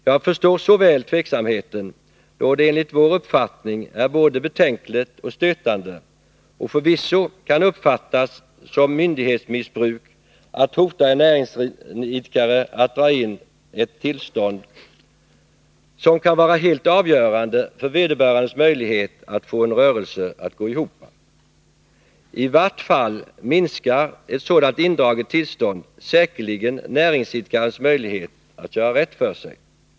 Jag förstår så väl tveksamheten, då det enligt vår uppfattning är både betänkligt och stötande och förvisso kan uppfattas som myndighetsmissbruk att hota en näringsidkare att dra in ett tillstånd som kan vara helt avgörande för vederbörandes möjligheter att få en rörelse att gå ihop. I vart fall minskar ett sådant indraget tillstånd säkerligen näringsidkarens möjligheter att göra rätt för sig.